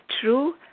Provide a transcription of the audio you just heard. true